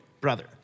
brother